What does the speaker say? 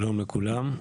שלום לכולם.